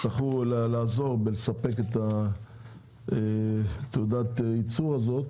שהיבואנים יצטרכו לעזור בלספק את תעודת הייצור הזאת